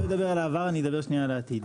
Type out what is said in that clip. אדבר לא על העבר אלא על העתיד.